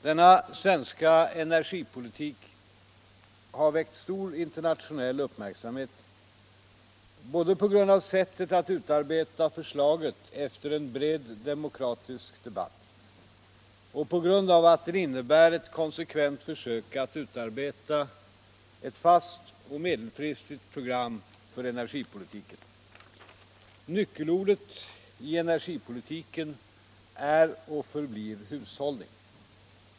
Den svenska energipolitiken har väckt stor internationell uppmärksamhet både på grund av sättet att utarbeta förslaget efter en bred demokratisk debatt och på grund av att den innebär ett konsekvent försök att utforma ett fast och medelfristigt program för energipolitiken. Nyckelordet i energipolitiken är och förblir hushållning.